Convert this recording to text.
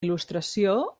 il·lustració